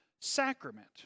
sacrament